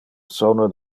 sono